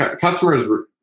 customers